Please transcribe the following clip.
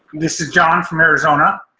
this is jon from arizona.